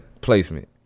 placement